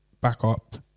backup